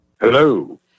Hello